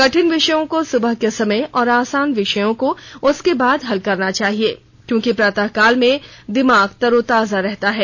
कठिन विषयों को सुबह के समय और आसान विषयों को उसके बाद हल करना चाहिए क्योंकि प्रातकाल में दिमाग तरोताजा रहता है